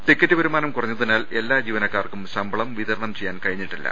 ticket വരുമാനം കുറഞ്ഞതിനാൽ എല്ലാ ജീവ നക്കാർക്കും ശമ്പളം വിതരണം ചെയ്യാൻ കഴിഞ്ഞിട്ടില്ല